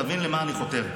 תבין למה אני חותר.